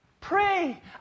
Pray